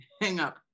hang-up